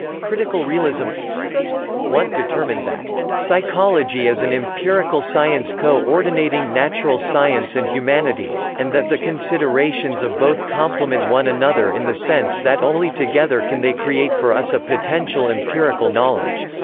critical realism wundt determined that psychology is an empirical science co-ordinating natural science and humanities, and that the considerations of both one another in the sense that only together can they create for us a potential empirical knowledge.